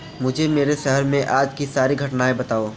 मुझे मेरे शहर में आज की सारी घटनाएँ बताओ